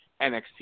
NXT